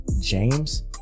James